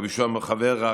רבי יהושע אומר: חבר רע.